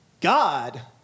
God